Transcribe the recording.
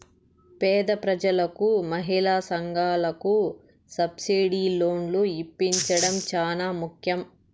పేద ప్రజలకు మహిళా సంఘాలకు సబ్సిడీ లోన్లు ఇప్పించడం చానా ముఖ్యం